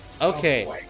Okay